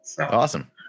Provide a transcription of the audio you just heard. Awesome